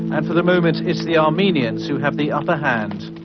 and for the moment it's the armenians who have the upper hand.